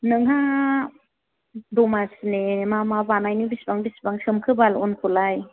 नोंहा दमासिनि मा मा बानायनो बेसेबां सोमखो बाल अनखौलाय